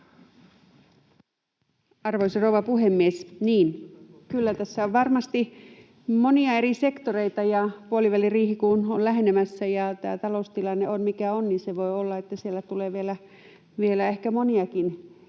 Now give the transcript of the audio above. Arvoisa rouva puhemies! Niin, kyllä tässä on varmasti monia eri sektoreita, ja puoliväliriihi kun on lähenemässä ja tämä taloustilanne on, mikä on, niin voi olla, että siellä tulee vielä ehkä moniakin